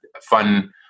fun